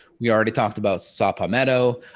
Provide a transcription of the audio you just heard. we already talked about sol palmetto,